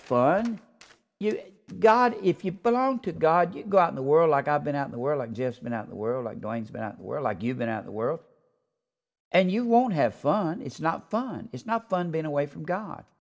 have god if you belong to god you go out in the world like i've been out in the world i've just been out of the world i'm going about where like you've been at the world and you won't have fun it's not fun it's not fun being away from god